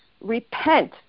repent